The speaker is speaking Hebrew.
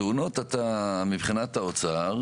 התהליך הזה מתבצע,